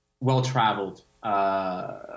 well-traveled